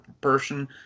person